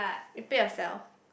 you pay yourself